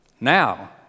Now